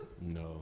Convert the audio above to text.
No